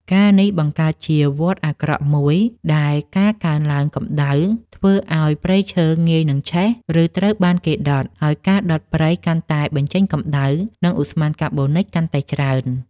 ការណ៍នេះបង្កើតជាវដ្តអាក្រក់មួយ ដែលការកើនឡើងកម្ដៅធ្វើឱ្យព្រៃឈើងាយនឹងឆេះ ឬត្រូវបានគេដុត ហើយការដុតព្រៃកាន់តែបញ្ចេញកម្ដៅ និងឧស្ម័នកាបូនិចកាន់តែច្រើន។